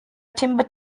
timber